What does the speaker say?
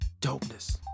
dopeness